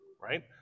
right